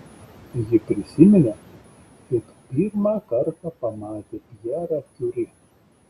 ji prisiminė kaip pirmą kartą pamatė pjerą kiuri